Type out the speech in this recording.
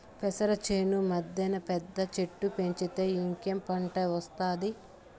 పెసర చేను మద్దెన పెద్ద చెట్టు పెంచితే ఇంకేం పంట ఒస్తాది